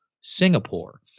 Singapore